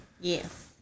Yes